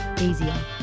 Easier